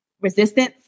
resistance